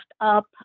up